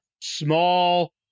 small